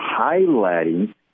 highlighting